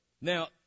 Now